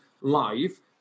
live